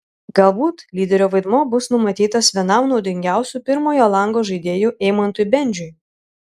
galbūt lyderio vaidmuo bus numatytas vienam naudingiausių pirmojo lango žaidėjų eimantui bendžiui